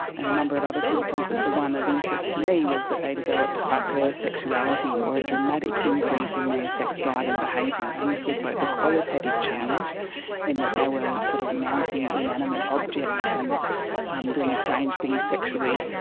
and a number of other symptoms. but the one of interest to me was that they developed hypersexuality or a dramatic increase in their sex drive and behaviour, and this was both a qualitative change in that they were sort of mounting inanimate objects and um doing strange things sexually,